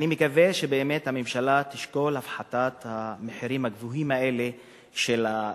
אני מקווה שבאמת הממשלה תשקול הפחתה של המחירים הגבוהים האלה של המים.